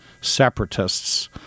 separatists